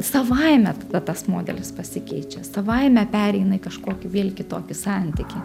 savaime tas modelis pasikeičia savaime pereina į kažkokį vėl kitokį santykį